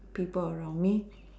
people around me